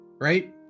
Right